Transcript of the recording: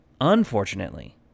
Unfortunately